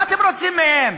מה אתם רוצים מהם?